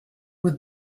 with